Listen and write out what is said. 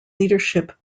leadership